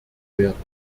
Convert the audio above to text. werden